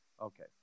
Okay